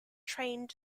trained